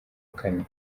kane